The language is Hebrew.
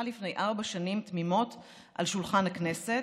לפני ארבע שנים תמימות על שולחן הכנסת,